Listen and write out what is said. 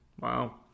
wow